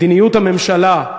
מדיניות הממשלה,